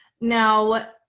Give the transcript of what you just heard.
Now